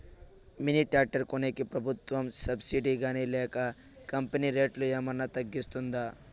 Mini tractor కొనేకి ప్రభుత్వ subsidy గాని లేక కంపెని రేటులో ఏమన్నా తగ్గిస్తుందా?